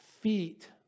feet